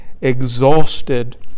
exhausted